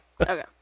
Okay